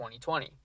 2020